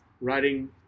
writing